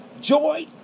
joy